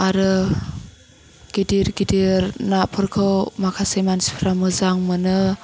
आरो गिदिर गिदिर नाफोरखौ माखासे मानसिफ्रा मोजां मोनो